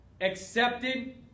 accepted